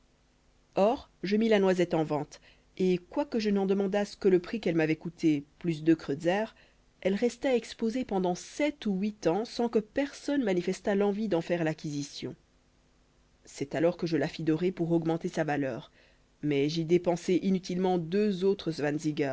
or je mis la noisette en vente et quoique je n'en demandasse que le prix qu'elle m'avait coûté plus deux kreutzers elle resta exposée pendant sept ou huit ans sans que personne manifestât l'envie d'en faire l'acquisition c'est alors que je la fis dorer pour augmenter sa valeur mais j'y dépensai inutilement deux autres